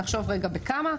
נחשוב רגע בכמה,